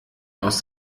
aus